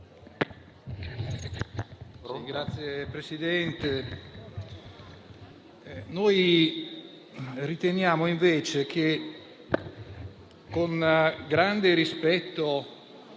Signor Presidente, noi riteniamo invece, con grande rispetto